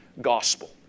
gospel